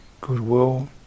goodwill